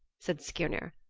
said skirnir.